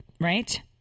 right